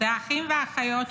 אלה האחים והאחיות שלנו,